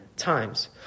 times